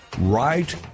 Right